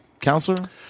counselor